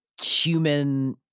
human